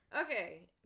okay